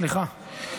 סליחה.